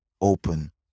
open